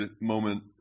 moment